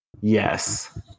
Yes